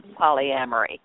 polyamory